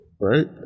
right